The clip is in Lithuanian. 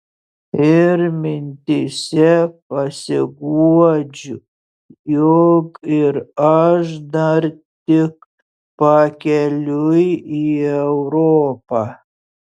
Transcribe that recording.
ir mintyse pasiguodžiu jog ir aš dar tik pakeliui į europą